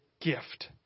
gift